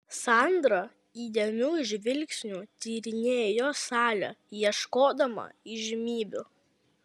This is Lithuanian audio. sandra įdėmiu žvilgsniu tyrinėjo salę ieškodama įžymybių